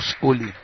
holy